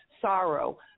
sorrow